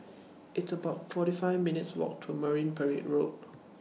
It's about forty five minutes' Walk to Marine Parade Road